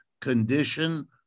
condition